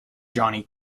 johnny